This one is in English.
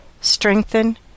strengthen